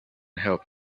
help